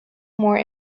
more